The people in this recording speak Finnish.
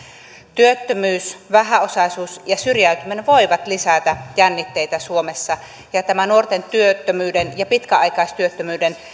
työttömyys vähäosaisuus ja syrjäytyminen voivat lisätä jännitteitä suomessa tämä nuorten työttömyyden ja pitkäaikaistyöttömyyden